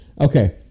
Okay